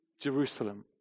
Jerusalem